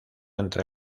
entre